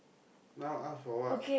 now ask for what